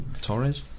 Torres